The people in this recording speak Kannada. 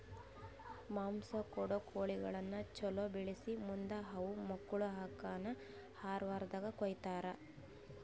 ಮಾಂಸ ಕೊಡೋ ಕೋಳಿಗಳನ್ನ ಛಲೋ ಬೆಳಿಸಿ ಮುಂದ್ ಅವು ಮಕ್ಕುಳ ಹಾಕನ್ ಆರ ವಾರ್ದಾಗ ಕೊಯ್ತಾರ